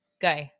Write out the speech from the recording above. Go